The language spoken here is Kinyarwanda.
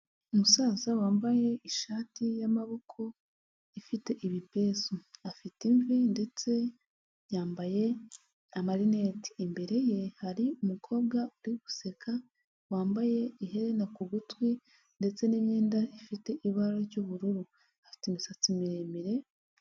Umusaza wambaye ishati y'amaboko ifite ibipesu, afite imvi ndetse yambaye amarinete, imbere ye hari umukobwa uri guseka wambaye ihena ku gutwi ndetse n'imyenda ifite ibara ry'ubururu, afite imisatsi miremire.